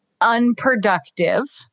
unproductive